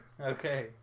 Okay